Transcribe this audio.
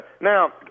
Now